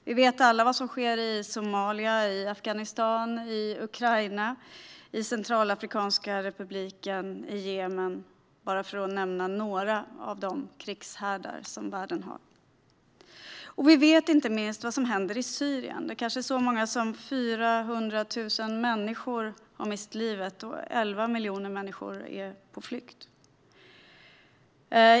Vi vet alla vad som sker i Somalia, i Afghanistan, i Ukraina, i Centralafrikanska republiken och i Jemen, bara för att nämna några av de krigshärdar som världen har. Och vi vet inte minst vad som händer i Syrien, där kanske så många som 400 000 människor har mist livet, och 11 miljoner människor är på flykt.